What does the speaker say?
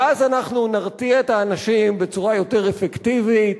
ואז אנחנו נרתיע את האנשים בצורה יותר אפקטיבית,